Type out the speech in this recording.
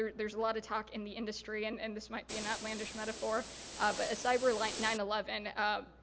there's a lot of talk in the industry. and and this might be an outlandish metaphor, but a cyber like nine eleven,